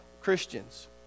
Christians